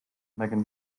megan